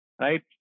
right